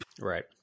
Right